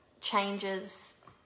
changes